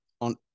on